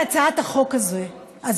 בהצעת החוק הזו,